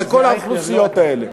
לכל האוכלוסיות האלה?